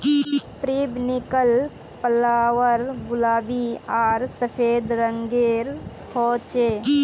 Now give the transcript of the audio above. periwinkle flower गुलाबी आर सफ़ेद रंगेर होचे